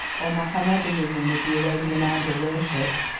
or mahomedanism with the arabian idol worship.